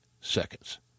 seconds